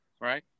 right